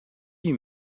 you